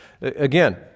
Again